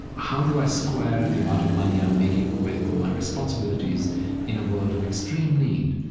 how do i square the amount of money i'm making with my responsibilities in a world of extreme need?